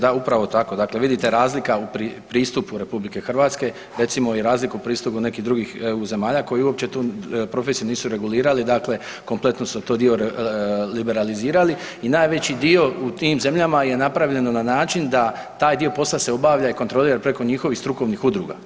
Da upravo tako, vidite razlika u pristupu RH recimo i razlika u pristupu nekih drugih eu zemalja koje uopće tu profesiju nisu regulirali kompletno su taj dio liberalizirali i najveći dio u tim zemljama je napravljeno na način da taj dio posla se obavlja i kontrolira preko njihovih strukovnih udruga.